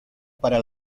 para